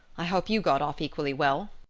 i hope you got off equally well.